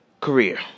career